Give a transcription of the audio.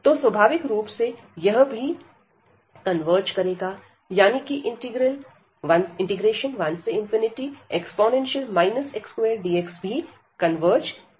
तो स्वाभाविक रूप से यह भी कन्वर्ज करेगा यानी कि इंटीग्रल 1 e x2dx भी कन्वर्ज करेगा